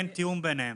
אין תיאום ביניהם.